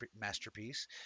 masterpiece